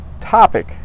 topic